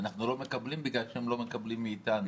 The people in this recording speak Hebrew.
אנחנו לא מקבלים בגלל שהם לא מקבלים מאיתנו.